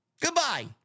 Goodbye